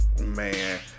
man